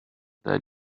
that